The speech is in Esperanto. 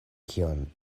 kion